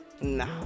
Nah